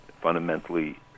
fundamentally